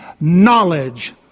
knowledge